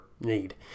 need